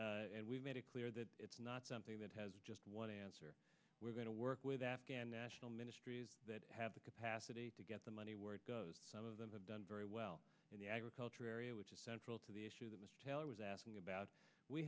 and we've made it clear that it's not something that has just one answer we're going to work with afghan national ministries that have the capacity to get the money where it goes some of them have done very well in the agricultural area which is central to the issue that mr taylor was asking